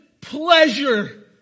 pleasure